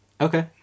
okay